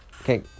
Okay